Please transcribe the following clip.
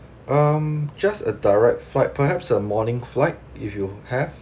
um just a direct flight perhaps a morning flight if you have